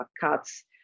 cuts